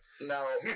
now